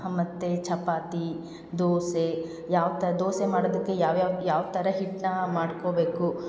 ಮತ್ತು ಚಪಾತಿ ದೋಸೆ ಯಾವ್ಥರ ದೋಸೆ ಮಾಡದಕ್ಕೆ ಯಾವ್ಯಾವ ಯಾವ ಥರ ಹಿಟ್ಟನ್ನ ಮಾಡ್ಕೋಬೇಕು